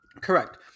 correct